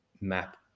map